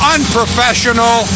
Unprofessional